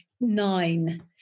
nine